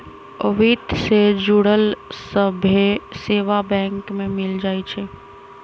वित्त से जुड़ल सभ्भे सेवा बैंक में मिल जाई छई